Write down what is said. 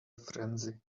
frenzy